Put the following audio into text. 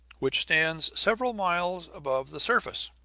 which stands several miles above the surface.